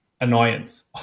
annoyance